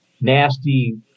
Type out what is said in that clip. nasty